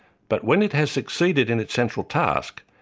but when it has succeeded in its central task,